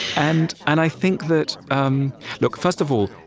and and i think that um look, first of all,